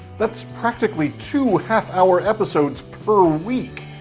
that's practically two half hour episodes per week.